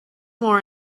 more